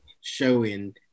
showing